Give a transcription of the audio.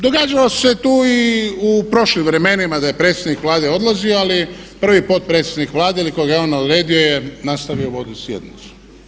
Događalo se tu i u prošlim vremenima da je predsjednik Vlade odlazio, ali prvi potpredsjednik Vlade ili koga je on odredio je nastavio vodit sjednicu.